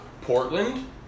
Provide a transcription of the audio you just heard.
Portland